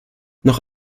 noch